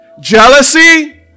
Jealousy